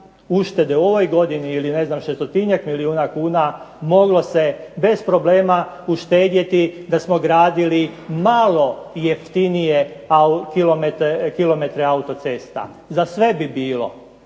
uštede u ovoj godini ili ne znam šestotinjak milijuna kuna moglo se bez problema uštedjeti da smo gradili malo jeftiniji kilometre autocesta. Za sve bi bilo